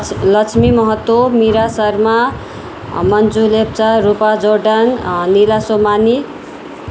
Lakshmi Mahato Meera Sharma Manju Lepcha Rupa Jordan Nila Somani